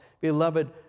beloved